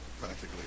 practically